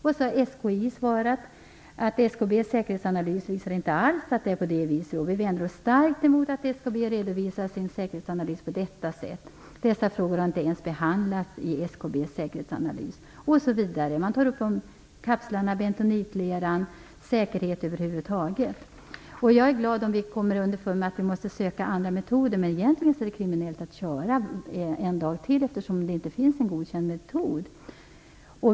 SKI har då svarat: "SKB:s säkerhetsanalys visar inte alls att det är på det viset och vi vänder oss starkt emot att SKB redovisar sin säkerhetsanalys på detta sätt. Dessa frågor har inte ens behandlats i SKB:s säkerhetsanalys." Vidare tar man upp frågan om kapslarna, bentonitleran och säkerhet över huvud taget. Jag är glad om vi kommer underfund med att vi måste söka andra metoder, men egentligen är det kriminellt att "köra" en dag till, eftersom det inte finns någon godkänd metod.